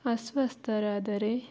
ಅಸ್ವಸ್ಥರಾದರೆ